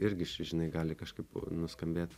irgi žinai gali kažkaip nuskambėt